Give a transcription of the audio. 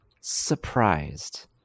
surprised